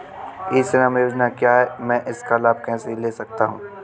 ई श्रम योजना क्या है मैं इसका लाभ कैसे ले सकता हूँ?